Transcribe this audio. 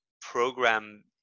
program